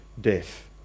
Death